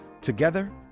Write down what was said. Together